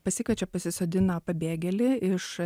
pasikviečia pasisodina pabėgėlį iš